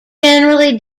generally